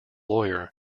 lawyer